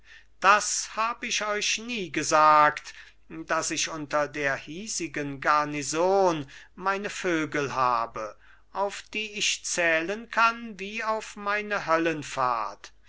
das hab ich euch nie gesagt daß ich unter der hiesigen garnison meine vögel habe auf die ich zählen kann wie auf meine